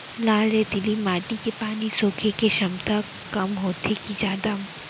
लाल रेतीली माटी के पानी सोखे के क्षमता कम होथे की जादा?